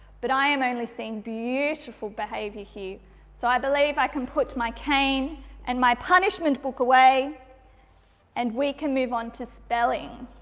but i am only seeing beautiful behaviour here so i believe i can put my cane and my punishment book away and we can move onto spelling.